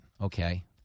Okay